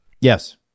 Yes